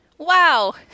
wow